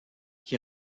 qui